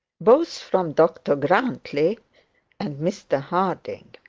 both from dr grantly and mr harding.